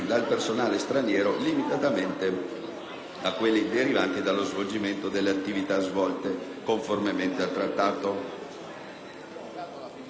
a quelli derivanti dallo svolgimento delle attività svolte conformemente al Trattato.